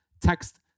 Text